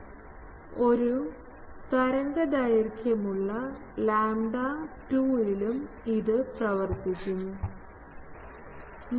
അതിനാൽ ഞാൻ നിർദ്ദേശിച്ചത് എനിക്ക് ഇതുപോലുള്ള ഒരു ഘടനയുണ്ടെന്ന് കരുതുക അതിനർത്ഥം ഇത് ഒരു ആംഗിൾ ആൽഫ ഇവിടെ ഞാൻ ഒരു മൂലകം എടുക്കുന്നുവെന്ന് കരുതുക